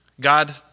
God